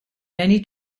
many